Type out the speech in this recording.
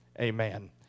Amen